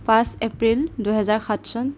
পাঁচ এপ্ৰিল দুহেজাৰ সাত চন